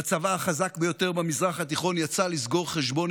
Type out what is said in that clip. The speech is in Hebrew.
והצבא החזק ביותר במזרח התיכון יצא לסגור חשבון